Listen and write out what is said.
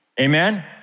Amen